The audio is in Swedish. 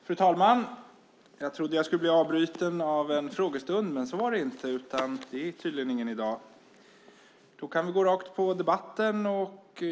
Fru talman!